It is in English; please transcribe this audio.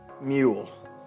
mule